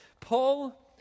Paul